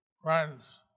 friends